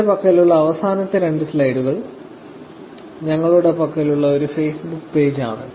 എന്റെ പക്കലുള്ള അവസാനത്തെ രണ്ട് സ്ലൈഡുകൾ ഞങ്ങളുടെ പക്കലുള്ള ഒരു ഫേസ്ബുക്ക് പേജ് ആണ്